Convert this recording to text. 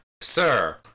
Sir